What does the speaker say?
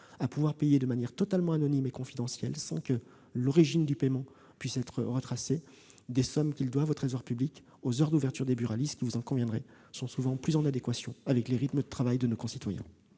montant et de manière totalement anonyme et confidentielle, sans que l'origine du paiement puisse être retracée, des sommes qu'ils doivent au Trésor public, aux heures d'ouverture des buralistes, lesquelles sont, vous en conviendrez, souvent plus en adéquation avec les rythmes de travail de nos concitoyens.